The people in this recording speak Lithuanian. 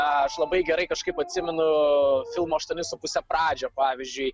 aš labai gerai kažkaip atsimenu filmo aštuoni su puse pradžią pavyzdžiui